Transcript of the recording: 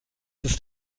ist